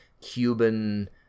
Cuban